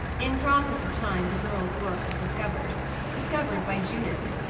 in process of time the girl's work was discovered discovered by judith.